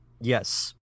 Yes